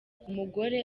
umugore